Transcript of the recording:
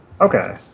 Okay